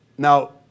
Now